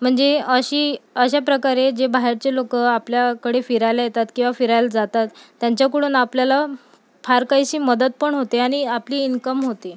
म्हणजे अशी अशाप्रकारे जे बाहेरचे लोक आपल्याकडे फिरायला येतात किंवा फिरायला जातात त्यांच्याकडून आपल्याला फार काहीशी मदत पण होते आणि आपली इन्कम होते